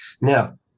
Now